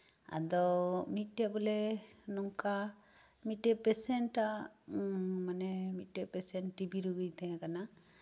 ᱟᱫᱚ ᱢᱤᱫᱴᱮᱱ ᱵᱚᱞᱮ ᱱᱚᱝᱠᱟ ᱢᱤᱫᱴᱮᱱ ᱯᱮᱥᱮᱱᱴ ᱟᱜ ᱢᱟᱱᱮ ᱢᱤᱫᱴᱟᱱ ᱯᱮᱥᱮᱱᱴ ᱴᱤ ᱵᱤ ᱨᱩᱜᱤᱭ ᱛᱟᱦᱮᱸ ᱠᱟᱱᱟ